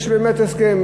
יש באמת הסכם.